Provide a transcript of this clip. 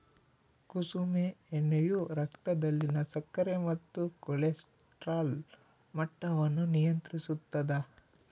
ಕುಸುಮೆ ಎಣ್ಣೆಯು ರಕ್ತದಲ್ಲಿನ ಸಕ್ಕರೆ ಮತ್ತು ಕೊಲೆಸ್ಟ್ರಾಲ್ ಮಟ್ಟವನ್ನು ನಿಯಂತ್ರಿಸುತ್ತದ